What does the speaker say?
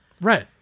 Right